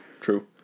true